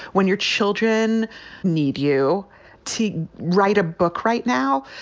when your children need you to write a book right now?